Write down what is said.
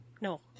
No